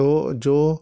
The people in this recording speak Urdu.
تو جو